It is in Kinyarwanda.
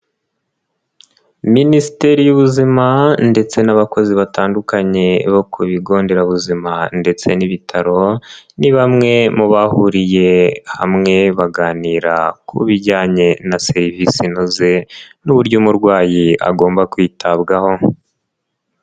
Minisiteri y'ubuzima ndetse n'abakozi batandukanye bo ku bigo nderabuzima ndetse n'ibitaro, ni bamwe mu bahuriye hamwe baganira ku bijyanye na serivisi inoze n'uburyo umurwayi agomba kwitabwaho.